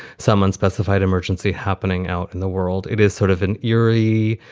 some unspecified emergency happening out in the world it is sort of an eerie,